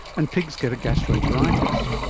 and pigs get a gastroenteritis.